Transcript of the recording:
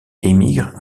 émigre